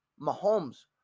Mahomes